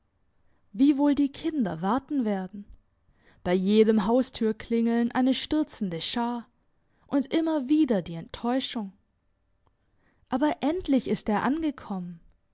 wie wohl die kinder warten werden bei jedem haustürklingeln eine stürzende schar und immer wieder die enttäuschung aber endlich ist er angekommen